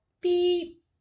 beep